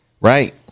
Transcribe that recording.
Right